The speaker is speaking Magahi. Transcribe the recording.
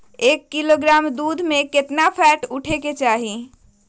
एक किलोग्राम दूध में केतना फैट उठे के चाही?